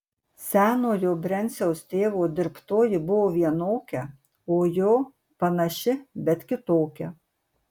senojo brenciaus tėvo dirbtoji buvo vienokia o jo panaši bet kitokia